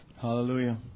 Hallelujah